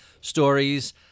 stories